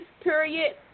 period